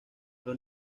los